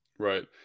Right